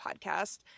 podcast